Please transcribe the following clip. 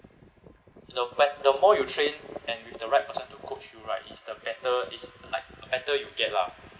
the bet~ the more you train and with the right person to coach you right is the better is like better you get lah